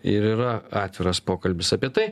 ir yra atviras pokalbis apie tai